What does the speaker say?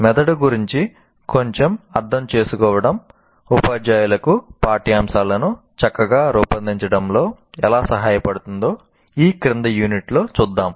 మెదడు గురించి కొంచెం అర్థం చేసుకోవడం ఉపాధ్యాయులకు పాఠ్యాంశాలను చక్కగా రూపొందించడంలో ఎలా సహాయపడుతుందో ఈ క్రింది యూనిట్లో చూద్దాం